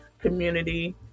community